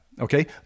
Okay